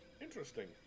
interesting